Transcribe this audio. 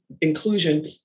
inclusion